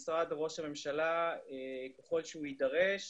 משרד ראש הממשלה ככל שהוא יידרש